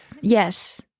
Yes